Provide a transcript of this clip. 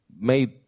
made